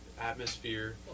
atmosphere